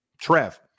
Trev